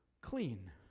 clean